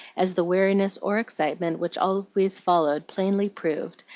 as the weariness or excitement which always followed plainly proved,